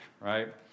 right